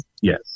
Yes